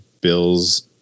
Bills